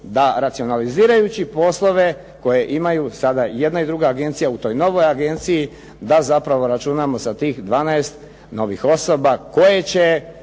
da racionalizirajući poslove koje imaju sada jedna i druga agencija u toj novoj agenciji, da zapravo računamo sa tih 12 novih osoba koje će